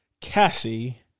cassie